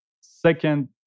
Second